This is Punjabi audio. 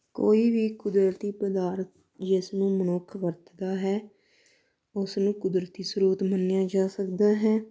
ਕੋਈ ਵੀ ਕੁਦਰਤੀ ਪਦਾਰਥ ਜਿਸ ਨੂੰ ਮਨੁੱਖ ਵਰਤਦਾ ਹੈ ਉਸ ਨੂੰ ਕੁਦਰਤੀ ਸਰੋਤ ਮੰਨਿਆ ਜਾ ਸਕਦਾ ਹੈ